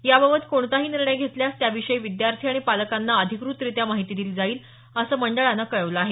याबाबत कोणताही निर्णय घेतल्यास त्याविषयी विद्यार्थी आणि पालकांना अधिकृतरित्या माहिती देण्यात येईल असं मंडळानं कळवलं आहे